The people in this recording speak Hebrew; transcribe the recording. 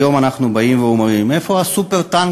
היום אנחנו באים ואומרים: איפה הסופר-טנקר?